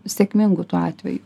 sėkmingų tų atvejų